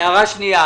הערה שנייה.